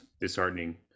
disheartening